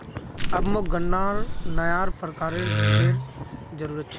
अब मोक गन्नार नया प्रकारेर बीजेर जरूरत छ